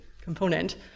component